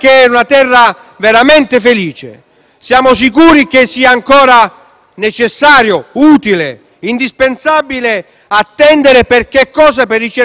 Siamo sicuri che sia ancora necessario, utile e indispensabile attendere? Per che cosa, per ricercare un'unità? Su che cosa?